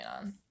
on